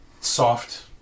Soft